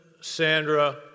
Sandra